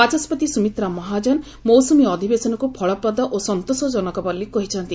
ବାଚସ୍କତି ସୁମିତ୍ରା ମହାଜନ ମୌସୁମୀ ଅଧିବେଶନକୁ ଫଳପ୍ରଦ ଓ ସନ୍ତୋଷଜନକ ବୋଲି କହିଛନ୍ତି